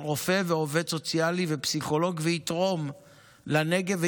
רופא ועובד סוציאלי ופסיכולוג ויתרום לנגב,